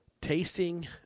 tasting